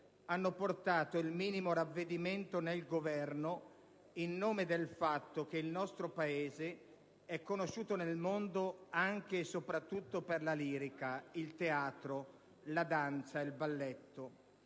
hanno portato il minimo ravvedimento nel Governo in nome del fatto che il nostro Paese è conosciuto nel mondo anche e specialmente per la lirica, il teatro, la danza, il balletto.